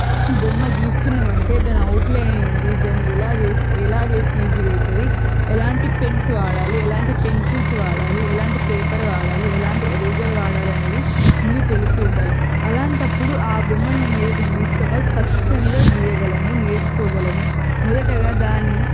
బొమ్మ గీస్తున్నాం అంటే దాని అవుట్ లైన్ ఏంటి దాని ఎలా చేస్తే ఎలా చేస్తే ఈజీగా అవుతుంది ఎలాంటి పెన్స్ వాడాలి ఎలాంటి పెన్సిల్స్ వాడాలి ఎలాంటి పేపర్ వాడాలి ఎలాంటి ఎరేజర్ వాడాలి అనేది ముందు తెలిసి ఉండాలి అలాంటప్పుడు ఆ బొమ్మను మనం ఏదైతే గీస్తామో అది స్పష్టంగా గీయగలము నేర్చుకోగలము మొదటగా దాన్ని